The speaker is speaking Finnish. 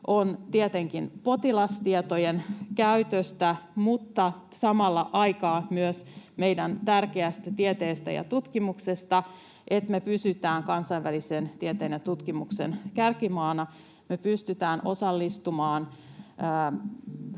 on tietenkin potilastietojen käytöstä mutta samaan aikaan myös meidän tärkeästä tieteestä ja tutkimuksesta, siitä, että me pysytään kansainvälisen tieteen ja tutkimuksen kärkimaana, me pystytään osallistumaan